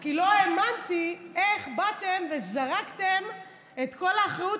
כי לא האמנתי איך באתם וזרקתם את כל האחריות